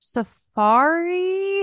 Safari